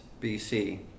bc